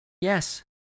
Yes